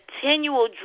continual